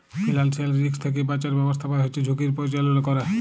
financial risk থ্যাকে বাঁচার ব্যাবস্থাপনা হচ্যে ঝুঁকির পরিচাললা ক্যরে